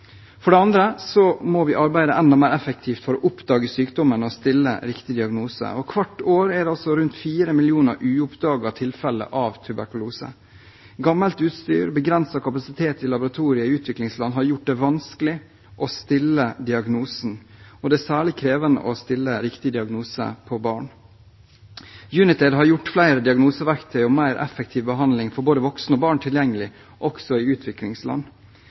For det andre må vi arbeide enda mer effektivt for å oppdage sykdommen og stille riktig diagnose. Hvert år er det rundt fire millioner uoppdagede tilfeller av tuberkulose. Gammelt utstyr og begrenset kapasitet i laboratorier i utviklingsland har gjort det vanskelig å stille diagnosen. Det er særlig krevende å stille riktig diagnose på barn. Unitaid har gjort flere diagnoseverktøy og mer effektiv behandling for både voksne og barn tilgjengelig også i utviklingsland.